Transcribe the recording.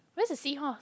where's the seahorse